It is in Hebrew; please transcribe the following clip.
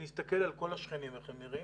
להסתכל על כל השכנים איך הם נראים,